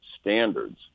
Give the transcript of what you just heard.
standards